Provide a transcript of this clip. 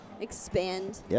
expand